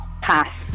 Pass